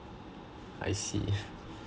I see